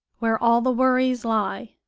where all the worries lie.